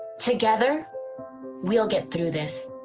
together we'll get through this